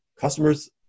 customers